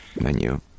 Menu